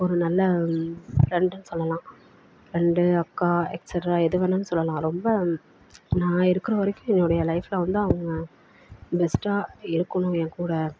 ஒரு நல்ல ஃப்ரெண்டுன்னு சொல்லலாம் ஃப்ரெண்டு அக்கா எக்ஸட்ரா எது வேணுனாலும் சொல்லலாம் ரொம்ப நான் இருக்கிற வரைக்கும் என்னுடைய லைஃபில் வந்து அவங்க பெஸ்ட்டாக இருக்கணும் என் கூட